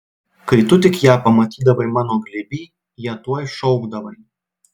kai tu tik ją pamatydavai mano glėby ją tuoj šaukdavai